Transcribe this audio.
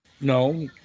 No